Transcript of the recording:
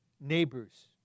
neighbors